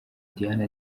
diane